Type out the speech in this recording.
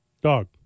Dog